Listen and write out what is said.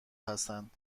هستند